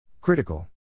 Critical